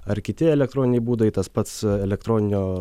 ar kiti elektroniniai būdai tas pats elektroninio